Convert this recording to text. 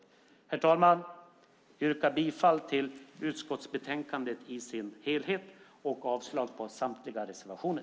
Herr talman! Jag yrkar bifall till utskottets förslag i betänkandet i dess helhet och avslag på samtliga reservationer.